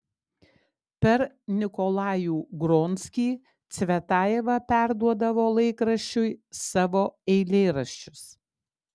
per nikolajų gronskį cvetajeva perduodavo laikraščiui savo eilėraščius